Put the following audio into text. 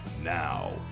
now